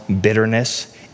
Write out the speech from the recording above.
bitterness